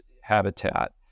habitat